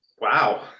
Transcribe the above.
Wow